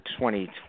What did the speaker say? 2020